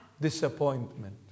Disappointment